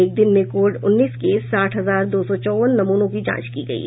एक दिन में कोविड उन्नीस के साठ हजार दो सौ चौवन नमूनों की जांच की गयी